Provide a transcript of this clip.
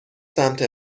سمت